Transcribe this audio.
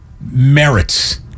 merits